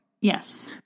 Yes